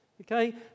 Okay